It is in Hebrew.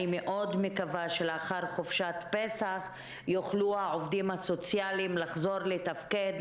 אני מאוד מקווה שלאחר חופשת פסח יוכלו העובדים הסוציאליים לחזור לתפקד,